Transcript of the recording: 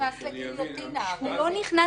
אף אדם עוד לא נכנס